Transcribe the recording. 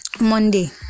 monday